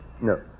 No